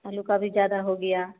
आलू का भी ज्यादा हो गया